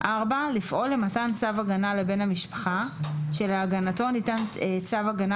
לפעול למתן צו הגנה לבן המשפחה שלהגעתו ניתן צו הגנה